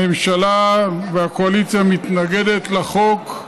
הממשלה והקואליציה מתנגדות לחוק,